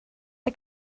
mae